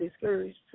discouraged